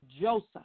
Joseph